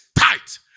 tight